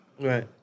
right